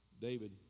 David